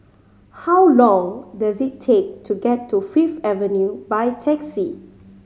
how long does it take to get to Fifth Avenue by taxi